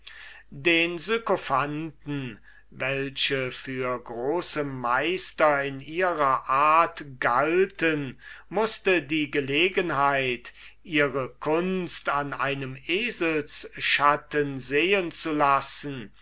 den sykophanten welche für große meister in ihrer art passierten mußte die gelegenheit ihre kunst an einem eselsschatten sehen zu lassen